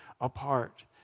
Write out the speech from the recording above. apart